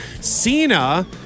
cena